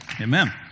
Amen